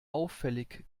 auffällig